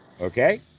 Okay